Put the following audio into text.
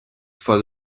for